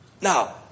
Now